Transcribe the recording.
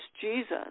Jesus